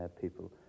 people